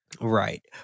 Right